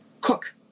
cook